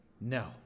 No